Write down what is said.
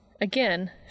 Again